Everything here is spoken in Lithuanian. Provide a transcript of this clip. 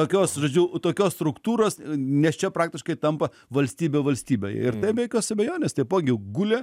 tokios žodžiu tokios struktūros nes čia praktiškai tampa valstybe valstybėj ir tai be jokios abejonės taipogi gulė